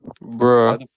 Bro